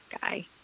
guy